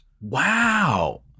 Wow